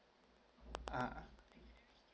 ah